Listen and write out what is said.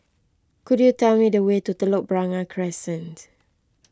could you tell me the way to Telok Blangah Crescent